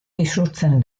isurtzen